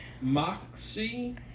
moxie